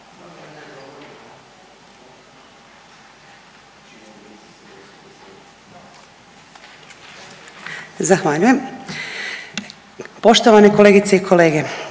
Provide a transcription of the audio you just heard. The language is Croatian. Zahvaljujem. Poštovana kolegice,